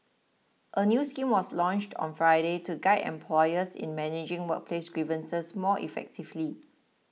a new scheme was launched on Friday to guide employers in managing workplace grievances more effectively